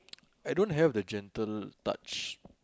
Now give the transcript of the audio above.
I don't have the gentle touch